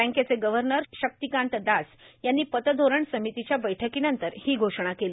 बँकेचे गव्हर्नर शक्तिकांत दास यांनी पतधोरण समितीच्या बैठकीनंतर ही घोषणा केली